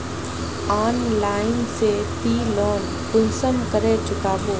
Online से ती loan कुंसम करे चुकाबो?